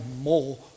more